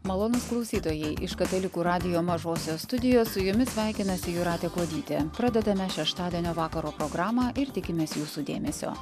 malonūs klausytojai iš katalikų radijo mažosios studijos su jumis sveikinasi jūratė kuodytė pradedame šeštadienio vakaro programą ir tikimės jūsų dėmesio